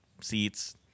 seats